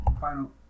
Final